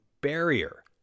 barrier